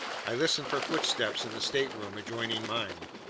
i listened for footsteps in the stateroom adjoining mine.